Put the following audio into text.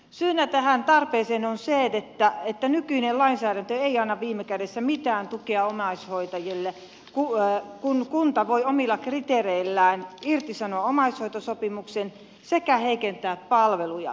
syynä tähän tarpeeseen on se että nykyinen lainsäädäntö ei anna viime kädessä mitään tukea omaishoitajille kun kunta voi omilla kriteereillään irtisanoa omaishoitosopimuksen sekä heikentää palveluja